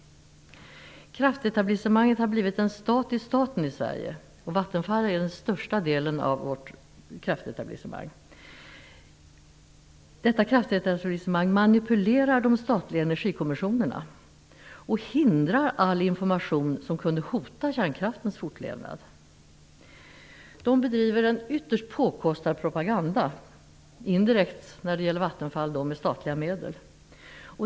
Kraftetablissemanget har blivit en stat i staten i Sverige, och Vattenfall är den största delen av vårt kraftetablissemang. Detta kraftetablissemang manipulerar de statliga energikommissionerna och hindrar all information som skulle kunna hota kärnkraftens fortlevnad. Det bedriver en ytterst påkostad propaganda indirekt när det gäller Vattenfall med statliga medel.